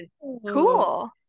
cool